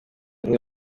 umwe